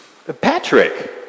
Patrick